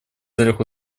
целях